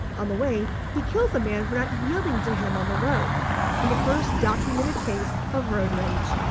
on the way, he kills a man for not yielding to him on the road in the first documented case of road rage.